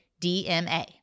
DMA